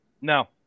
No